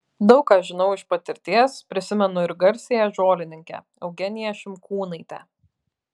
daug ką žinau iš patirties prisimenu ir garsiąją žolininkę eugeniją šimkūnaitę